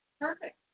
Perfect